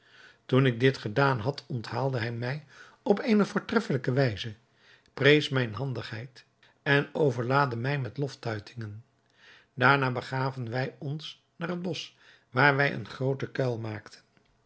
toen ik dit gedaan had onthaalde hij mij op eene voortreffelijke wijze prees mijne handigheid en overlaadde mij met loftuitingen daarna begaven wij ons naar het bosch waar wij een grooten kuil maakten